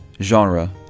genre